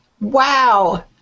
Wow